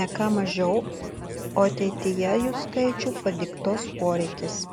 ne ką mažiau o ateityje jų skaičių padiktuos poreikis